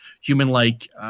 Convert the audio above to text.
human-like